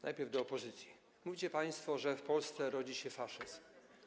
Najpierw do opozycji: Mówicie państwo, że w Polsce rodzi się faszyzm.